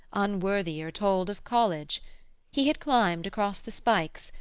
unworthier, told of college he had climbed across the spikes,